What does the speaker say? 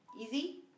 Easy